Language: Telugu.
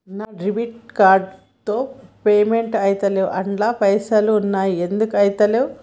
నా డెబిట్ కార్డ్ తో పేమెంట్ ఐతలేవ్ అండ్ల పైసల్ ఉన్నయి ఎందుకు ఐతలేవ్?